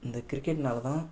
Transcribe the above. இந்த கிரிக்கெட்னால் தான்